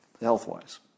health-wise